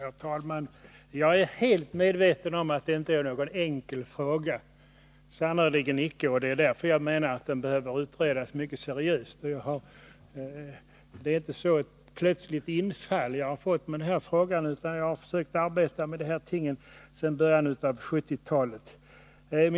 Herr talman! Jag är helt medveten om att detta inte är någon enkel fråga — sannerligen icke. Det är därför jag anser att den behöver utredas mycket seriöst. Detta är inte något plötsligt infall som jag har fått, utan jag har arbetat med de här tingen sedan början av 1970-talet.